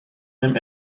him